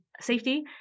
safety